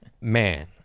Man